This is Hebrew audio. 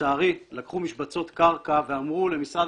שלצערי לקחו משבצות קרקע ואמרו למשרד